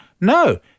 No